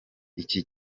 iki